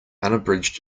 unabridged